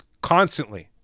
constantly